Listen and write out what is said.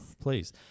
Please